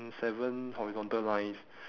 seven horizontal lines